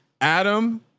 Adam